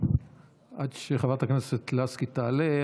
עד שחברת הכנסת לסקי תעלה,